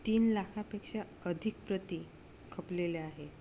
तीन लाखापेक्षा अधिक प्रती खपलेल्या आहे